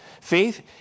Faith